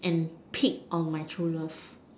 and peek on my true love